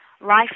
life